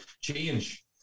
change